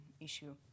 issue